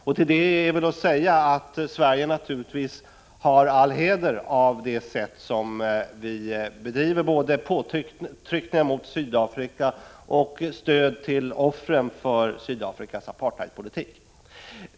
Om det kan väl sägas att Sverige naturligtvis har all heder av det sätt på vilket Sverige både bedriver påtryckningar mot Sydafrika och ger stöd till offren för Sydafrikas apartheidpolitik.